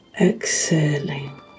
exhaling